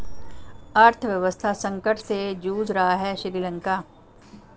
अर्थव्यवस्था संकट से जूझ रहा हैं श्रीलंका